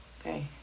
Okay